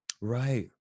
Right